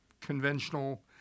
conventional